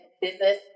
business